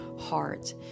heart